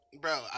Bro